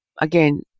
again